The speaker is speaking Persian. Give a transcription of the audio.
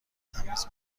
تمیز